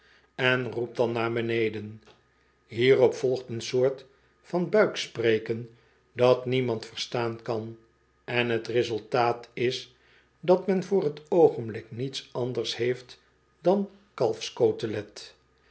en roept dan naar beneden hierop volgt een soort van buikspreken dat niemand verstaan kan en t resultaat is dat men voor t oogenblik niets anders heeft dan